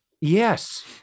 yes